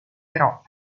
però